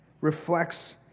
reflects